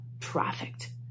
trafficked